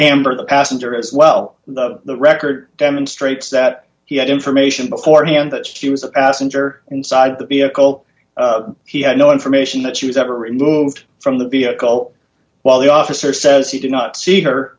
amber the passenger as well the record demonstrates that he had information beforehand that he was a passenger inside the vehicle he had no information that she was ever removed from the vehicle while the officer says he did not see her